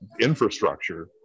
infrastructure